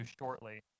shortly